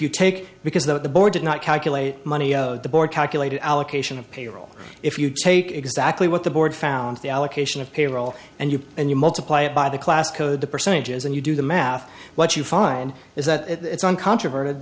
you take because the board did not calculate money the board calculated allocation of payroll if you take exactly what the board found the allocation of payroll and you and you multiply it by the class code the percentages and you do the math what you find is that it's uncontrover